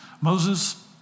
Moses